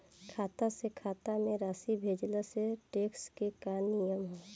खाता से खाता में राशि भेजला से टेक्स के का नियम ह?